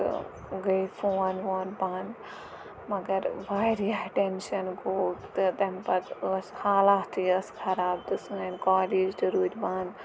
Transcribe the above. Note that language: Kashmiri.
تہٕ گٔے فون وون بنٛد مگر واریاہ ٹٮ۪نشَن گوٚو تہٕ تَمہِ پَتہٕ ٲس حالاتھٕے ٲس خراب تہٕ سٲنۍ کالیج تہِ روٗدۍ بنٛد